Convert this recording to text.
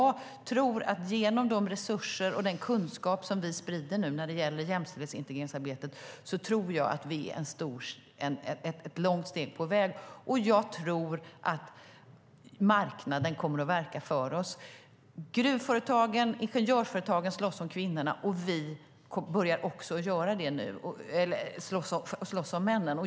Genom de resurser och den kunskap vi sprider om jämställdhetsintegreringsarbetet tror jag att vi är ett långt steg på väg, och jag tror att marknaden kommer att verka för oss. Gruvföretagen och ingenjörsföretagen slåss om kvinnorna, och vi börjar slåss om männen.